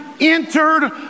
entered